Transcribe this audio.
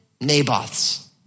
Naboth's